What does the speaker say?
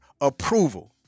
approval